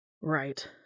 right